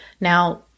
Now